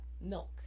milk